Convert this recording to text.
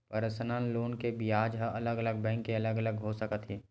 personal loan के बियाज ह अलग अलग बैंक के अलग अलग हो सकत हे